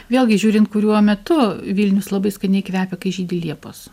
vėlgi žiūrint kuriuo metu vilnius labai skaniai kvepia kai žydi liepos